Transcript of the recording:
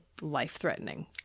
life-threatening